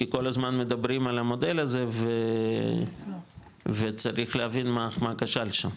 כי כל הזמן מדברים על המודל הזה וצריך להבין מה כשל שם.